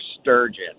sturgeon